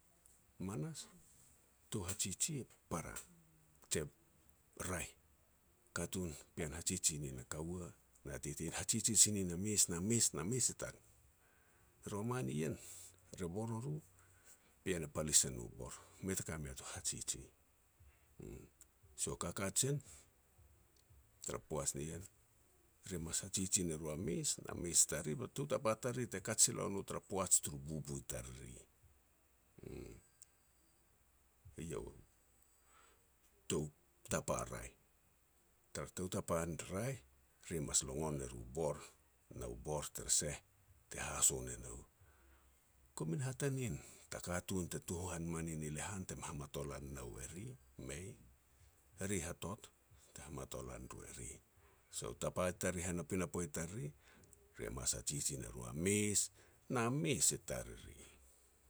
Manas tou hajiji e para, je raeh, katun, pean, hajiji nin a kaua na tete. Hajiji min a mes, na mes, na mes i tanou. Roman ien, re bor o ru, pean e palis e nu bor, mei ta ka mea tu hajiji, uum. So ka kajen, tara poaj nien, ri mas hajiji ne ru a mes, na mes tariri, ba tou tapa tariri te kaj sila ua no tara poaj turu bubu i tariri, uum, eiau tou tapa raeh. Tar tou tapa raeh, ri mas longon er u bor, nao bor tere seh, te haso ne nou. Gomin hatanin ta katun te tuhan manin i lehan te me hamatolan nou eri. Mei, e ri hatot te hamatolan ru e ri. So tapa i tariri hana pinapo i tariri, ri e mas hajiji ne ru a mes, na mes i tariri.